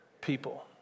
people